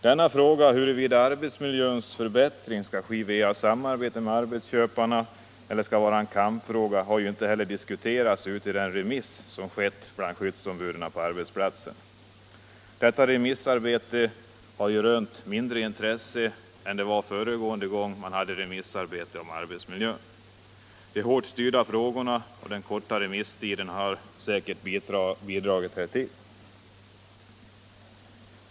Denna fråga — huruvida arbetsmiljöns förbättring skall ske via samarbete med arbetsköparna eller skall vara en kampfråga — har inte diskuterats i den remiss som behandlats bland skyddsombuden på arbetsplatserna. Detta remissarbete har rönt mindre intresse än det föregående om arbetsmiljön. De hårt styrda frågorna och den korta remisstiden har säkert bidragit härtill.